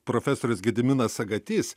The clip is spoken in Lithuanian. profesorius gediminas sagatys